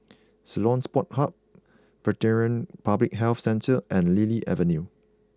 Ceylon Sports hang Veterinary Public Health Centre and Lily Avenue